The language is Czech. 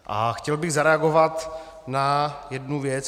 A chtěl bych zareagovat na jednu věc.